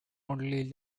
only